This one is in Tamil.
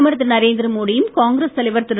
பிரதமர் திரு நரேந்திர மோடியும் காங்கிரஸ் தலைவர் திரு